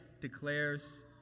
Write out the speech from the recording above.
declares